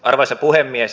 arvoisa puhemies